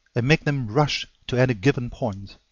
and make them rush to any given point.